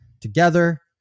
together